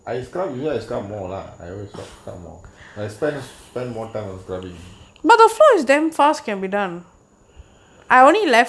I scrub you it's got more lah I always some more I spend I spend more more time on scrubbing